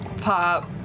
pop